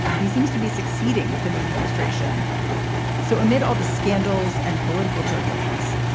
he seems to be succeeding within the administration so amid all the scandals and political turbulence,